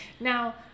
now